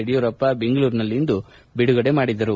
ಯಡಿಯೂರಪ್ಪ ದೆಂಗಳೂರಿನಲ್ಲಿಂದು ಬಿಡುಗಡೆ ಮಾಡಿದರು